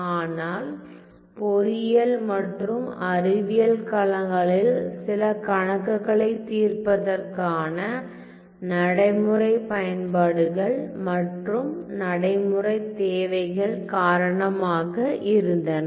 ஆனால் பொறியியல் மற்றும் அறிவியல் களங்களில் சில கணக்குகளைத் தீர்ப்பதற்கான நடைமுறை பயன்பாடுகள் மற்றும் நடைமுறை தேவைகள் காரணமாக இருந்தன